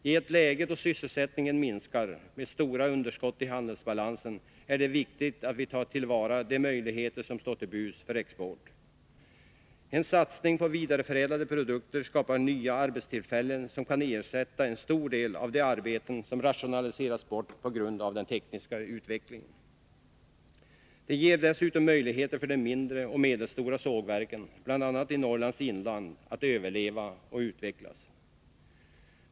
I ett läge då sysselsättningen minskar och med stora underskott i handelsbalansen är det viktigt att vi tar till vara de möjligheter som står till buds för export. En satsning på vidareförädlade produkter skapar nya arbetstillfällen, som kan ersätta en stor del av de arbeten som rationaliseras bort på grund av den tekniska utvecklingen. Det ger dessutom möjligheter för de mindre och medelstora sågverken, bl.a. i Norrlands inland, att överleva och utvecklas.